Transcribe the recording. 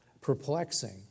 perplexing